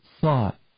thought